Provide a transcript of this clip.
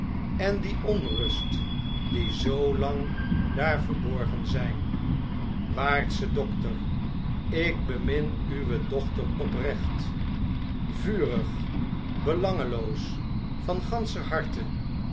en die onrust die zoo lang daar verborgen zn'n waardste dokter ik bemin uwe dochter oprecht vurig belangeloos van ganscher harte